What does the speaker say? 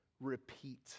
repeat